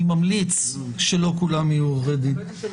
אני ממליץ שלא כולם יהיו עורכי דין.